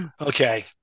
Okay